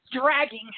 dragging